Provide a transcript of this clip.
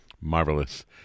Marvelous